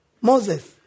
Moses